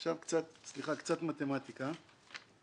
עכשיו, סליחה, קצת מתמטיקה: